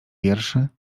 wierszy